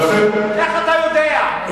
איך אתה יודע?